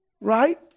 Right